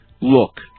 Look